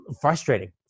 frustrating